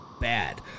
bad